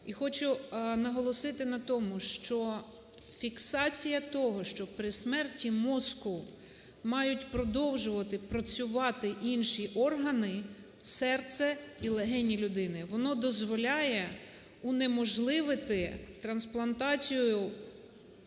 І хочу наголосити на тому, що фіксація того, що при смерті мозку мають продовжувати працювати інші органи – серце і легені людини, воно дозволяє унеможливити трансплантацію